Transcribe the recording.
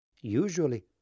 Usually